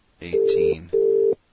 Eighteen